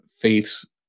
Faith's